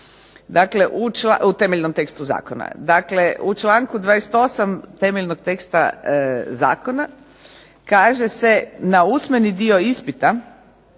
Dakle, u članku 28. temeljnog teksta zakona kaže se na usmeni dio ispita